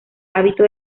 hábito